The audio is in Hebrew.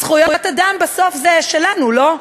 זכויות אדם בסוף זה שלנו, לא?